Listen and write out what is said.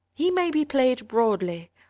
he may be played broadly,